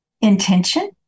intention